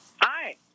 Hi